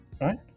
right